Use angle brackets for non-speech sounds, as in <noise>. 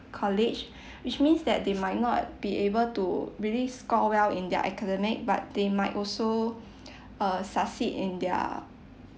college <breath> which means that they might not be able to really score well in their academic but they might also <breath> uh succeed in their